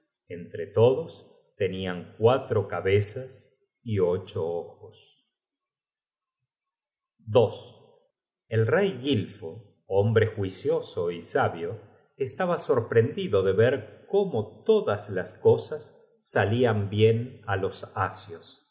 entre todos tenían cuatro cabezas y ocho ojos el rey gilfo hombre juicioso y sabio estaba sorprendido de ver cómo todas las cosas salian bien á los asios